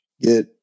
get